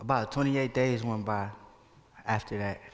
about twenty eight days one by after that